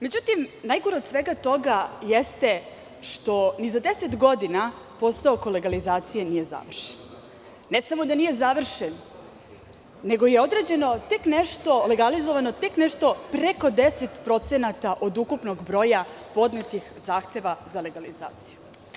Međutim, najgore od svega toga je što ni za 10 godina posao oko legalizacije nije završen, ne samo da nije završen, nego je legalizovano tek nešto preko 10% od ukupnog broja podnetih zahteva za legalizaciju.